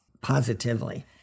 Positively